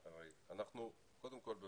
קודם כל,